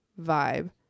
vibe